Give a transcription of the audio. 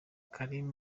karim